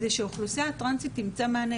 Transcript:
כדי שהאוכלוסייה הטרנסית תמצא מענה.